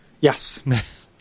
Yes